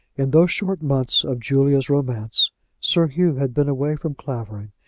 in those short months of julia's romance sir hugh had been away from clavering,